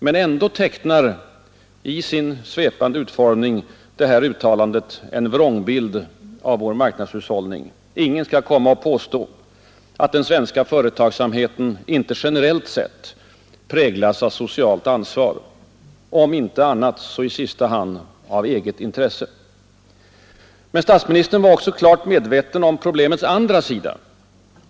Men ändå tecknar, i sin svepande utformning, det här uttalandet en vrångbild av vår marknadshushållning. Ingen skall komma och påstå att den svenska företagsamheten inte generellt sett präglas av socialt ansvar; om inte annat så i sista hand av eget intresse. Men statsministern var också klart medveten om problemets andra sida.